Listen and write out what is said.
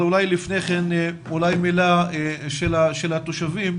אבל לפני כן אולי מילה של התושבים.